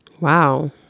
Wow